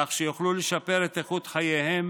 כך שיוכלו לשפר את איכות חייהם